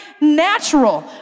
natural